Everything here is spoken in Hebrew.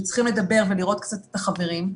את המורה ושצריכים לדבר ולראות קצת את החברים.